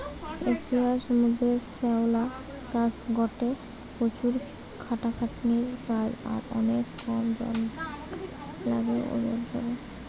এশিয়ার সমুদ্রের শ্যাওলা চাষ গটে প্রচুর খাটাখাটনির কাজ আর অনেক কম যন্ত্র লাগে ঔ ব্যাবসারে